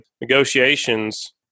negotiations